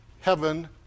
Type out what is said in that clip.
heaven